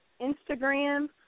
Instagram